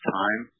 time